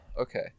okay